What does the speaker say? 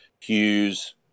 Hughes